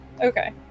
Okay